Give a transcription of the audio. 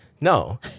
No